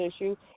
issue